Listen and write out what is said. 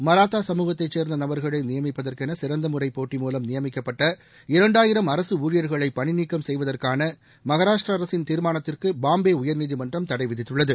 மராத்தா சமூகத்தை சேர்ந்த நபர்களை நியமிப்பதற்கென சிறந்த முறை போட்டி மூலம் நியமிக்கப்பட்ட இரண்டாயிரம் அரசு ஊழியர்களை பணி நீக்கம் செய்வதற்கான மகாராஷ்ட்ரா அரசின் தீர்மானத்திற்கு பாம்பே உயர்நீதிமன்றம் தடை விதித்துள்ளது